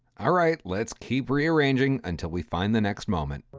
alright, let's keep rearranging until we find the next moment.